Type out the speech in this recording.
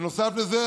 בנוסף לזה,